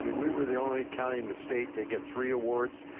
i mean we were the only county in the state to get three awards.